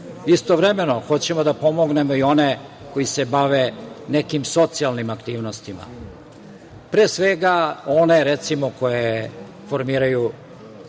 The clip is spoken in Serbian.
Istovremeno, hoćemo da pomognemo i one koje se bave nekim socijalnim aktivnostima. Pre svega one koje formiraju